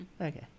Okay